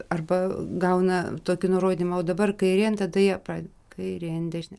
arba gauna tokį nurodymą o dabar kairėn tada jie prad kairėn dešinė